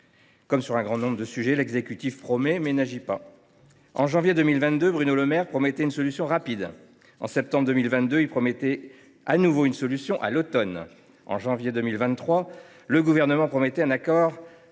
Comme sur un grand nombre de sujets, l’exécutif promet, mais n’agit pas. En janvier 2022, Bruno Le Maire promettait une solution rapide. En septembre 2022, il promettait de nouveau une solution – ce devait être pour l’automne. En janvier 2023, la Gouvernement promettait un accord de